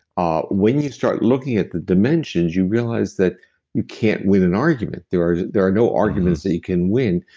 ah when you start looking at the dimensions, you realize that you can't win an argument. there are there are no arguments that you can win,